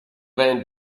vingt